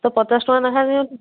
ତ ପଚାଶ ଟଙ୍କା ଲେଖାଁ ନିଅନ୍ତୁ